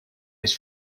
his